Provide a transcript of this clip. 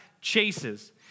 chases